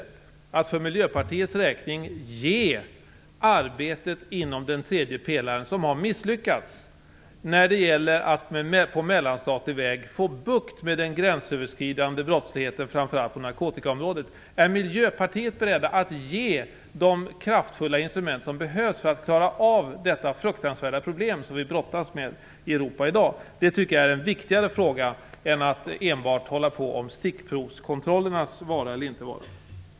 Är man i Miljöpartiet beredd att ge arbetet inom den tredje pelaren, som har misslyckats när det gäller att på mellanstatlig väg få bukt med den gränsöverskridande brottsligheten framför allt på narkotikaområdet, de kraftfulla instrument som behövs för att klara av detta fruktansvärda problem som vi brottas med i Europa i dag? Det tycker jag är en viktigare fråga än frågan om stickprovskontrollernas vara eller inte vara.